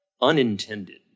unintended